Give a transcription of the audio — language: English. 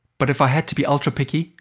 but if i have to be ultra picky,